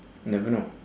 never know